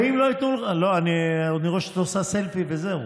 אני רואה שאת עושה סלפי וזה,